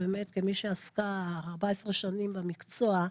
ובאמת כמי שעסקה 14 שנים במקצוע,